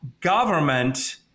government